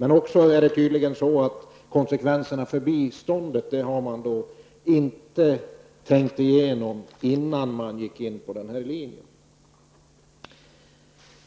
Men det är tydligen också så att man inte tänkt igenom konsekvenserna för biståndet innan man slog in på linjen